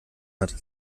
hat